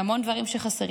המון דברים חסרים.